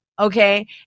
Okay